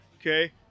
Okay